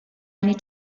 anni